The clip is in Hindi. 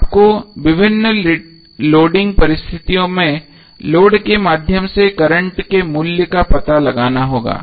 आपको विभिन्न लोडिंग परिस्थितियों में लोड के माध्यम से करंट के मूल्य का पता लगाना होगा